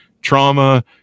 trauma